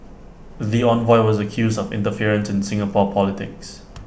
the envoy was accused of interference in Singapore politics